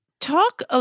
Talk